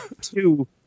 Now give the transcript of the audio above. two